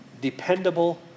Dependable